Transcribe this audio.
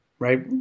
Right